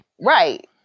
Right